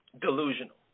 delusional